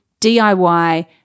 DIY